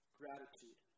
gratitude